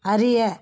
அறிய